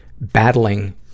battling